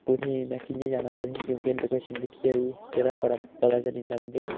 कु'त्थें ई में कि'यां जाना कु'त्थें ई क्योंकि में लोकेशन दिक्खियै बी जेह्ड़ा बड़ा पता चली जन्दा बन्दे ई